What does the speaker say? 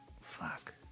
Fuck